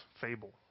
fable